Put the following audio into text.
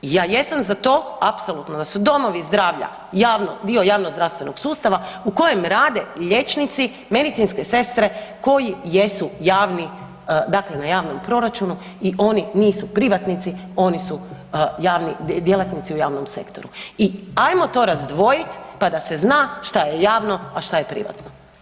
Ja jesam za to, apsolutno da su domovi zdravlja dio javnozdravstvenog sustava u kojem rade liječnici, medicinske sestre, koji jesu javni, dakle na javnom proračunu i oni nisu privatnici, oni su javni, djelatnici u javnom sektoru i ajmo to razdvojiti pa da se zna što je javno, a šta je privatno.